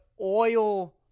oil